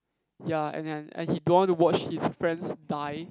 ya and then and he don't want to watch his friends die